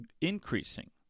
increasing